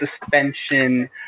suspension